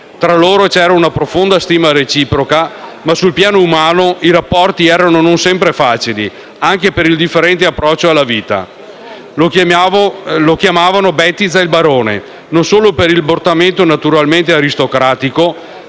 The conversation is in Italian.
tra loro c'era una profonda stima reciproca, ma sul piano umano i rapporti erano non sempre facili, anche per il differente approccio alla vita. Lo chiamavamo "Bettiza il barone", non solo per il portamento naturalmente aristocratico,